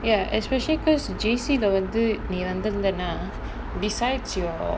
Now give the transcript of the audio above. ya especially because J_C leh வந்து நீ வந்து இருந்த னா:vanthu nee vanthu iruntha naa besides your